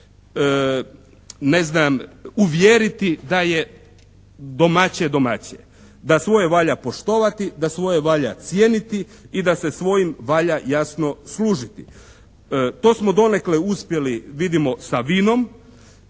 ne znam, uvjeriti da je domaće je domaće. Da svoje valja poštovati, da svoje valja cijeniti i da se svojim valja jasno služiti. To smo donekle uspjeli, vidimo, sa vinom